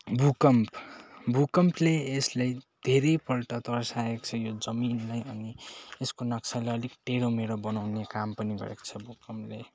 भूकम्प भूकम्पले यसलाई धेरैपल्ट तर्साएको छ यो जमिनलााई अनि यसको नक्सालाई अलिक टेडोमेडो बनाउने काम पनि गरेको छ भूकम्पले